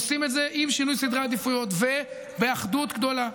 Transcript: עושים את זה עם שינוי סדרי עדיפויות ובאחדות גדולה.